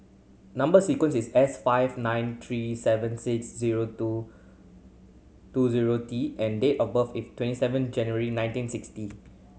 number sequence is S five nine three seven six zero two two zero T and date of birth is twenty seven January nineteen sixty